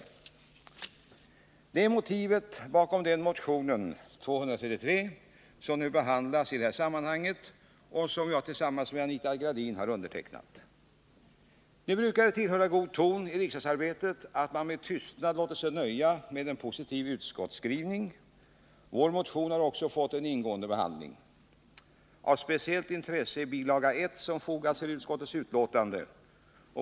Detta är motivet bakom motion 223, som behandlas i detta sammanhang och som jag tillsammans med Anita Gradin har undertecknat. Nu brukar det tillhöra god ton i riksdagsarbetet att man med tystnad låter sig nöja med en positiv utskottsskrivning. Vår motion har också fått en ingående behandling. Av speciellt intresse är bil. 1 till utskottets betänkande.